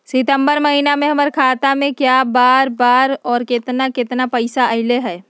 सितम्बर महीना में हमर खाता पर कय बार बार और केतना केतना पैसा अयलक ह?